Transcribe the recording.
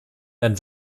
dann